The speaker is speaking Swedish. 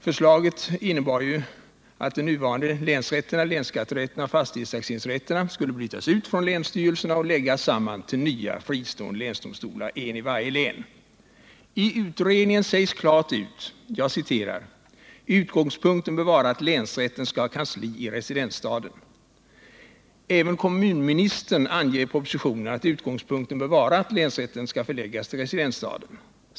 Förslaget innebar att de nuvarande länsrätterna, länsskatterätterna och fastighetstaxeringsrätterna skulle brytas ut från länsstyrelserna och läggas samman till nya fristående länsdomstolar, en i varje län. I utredningen sägs klart ut: ”Utgångspunkten bör vara att länsrätten skall ha kansli i residensstaden.” Även kommunministern anger i propositionen att utgångspunkten bör vara att länsrätten skall förläggas till residensstaden.